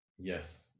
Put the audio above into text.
yes